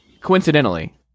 Coincidentally